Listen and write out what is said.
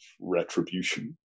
retribution